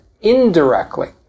indirectly